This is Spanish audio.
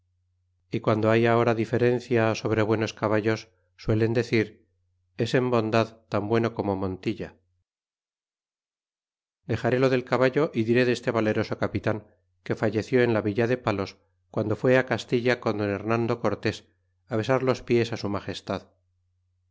é guando hay ahora diferenai sobre buenos caballos suelen decir es en ondad tan bueno como motilla dexaré lo del caballo y diré deste valeroso capitan que falleció en la villa de palos guando fué á castilla con don demando cortés á besar los pies á su magestad